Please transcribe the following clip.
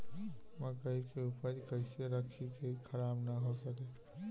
मकई के उपज कइसे रखी की खराब न हो सके?